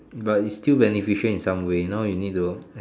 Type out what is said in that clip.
but it's still beneficial in some way you know you need to